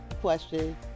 question